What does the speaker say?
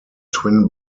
twin